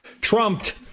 trumped